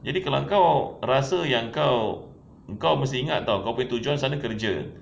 jadi kalau kau rasa yang kau engkau mesti ingat [tau] kau punya tujuan sana kerja